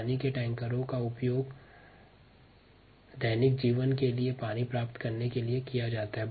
पानी के टैंकर्स का उपयोग दैनिक जरूरतों के लिए पानी प्राप्त करने के लिए किया जाता है